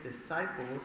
disciples